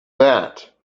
that